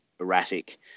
erratic